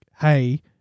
hey